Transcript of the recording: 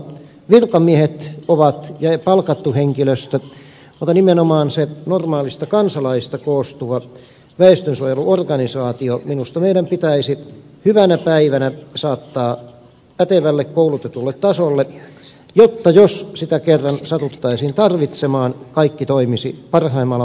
virkamiehet ovat palkattu henkilöstö mutta nimenomaan se normaaleista kansalaisista koostuva väestönsuojeluorganisaatio minusta meidän pitäisi hyvänä päivänä saattaa pätevälle koulutetulle tasolle jotta jos sitä kerran satuttaisiin tarvitsemaan kaikki toimisi parhaalla mahdollisella tavalla